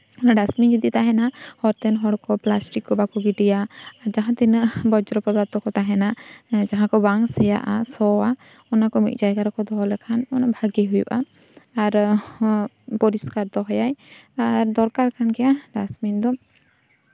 ᱚᱱᱟ ᱰᱟᱥᱴᱵᱤᱱ ᱡᱩᱫᱤ ᱛᱟᱦᱮᱱᱟ ᱦᱚᱨ ᱛᱮᱱ ᱦᱚᱲ ᱠᱚ ᱯᱞᱟᱥᱴᱤᱠ ᱠᱚ ᱵᱟᱠᱚ ᱜᱤᱰᱤᱭᱟ ᱟᱨ ᱡᱟᱦᱟᱸ ᱛᱤᱱᱟᱹᱜ ᱵᱚᱨᱡᱚ ᱯᱚᱫᱟᱨᱛᱷᱚ ᱠᱚ ᱛᱟᱦᱮᱱᱟ ᱡᱟᱦᱟᱸ ᱠᱚ ᱵᱝ ᱥᱮᱭᱟᱜᱼᱟ ᱥᱚᱼᱟ ᱚᱱᱟ ᱠᱚ ᱢᱤᱫ ᱡᱟᱭᱜᱟ ᱨᱮᱠᱚ ᱫᱚᱦᱚ ᱞᱮᱠᱷᱟᱱ ᱵᱷᱟᱜᱮ ᱦᱩᱭᱩᱜᱼᱟ ᱟᱨ ᱯᱚᱨᱤᱥᱠᱟᱨ ᱫᱚᱦᱚᱭᱟᱭ ᱫᱚᱨᱠᱟᱨ ᱠᱟᱱ ᱜᱮᱭᱟ ᱰᱟᱥᱴᱵᱤᱱ ᱫᱚ